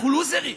אנחנו לוזרים.